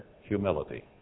humility